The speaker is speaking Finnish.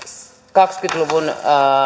kahdenkymmenen luvun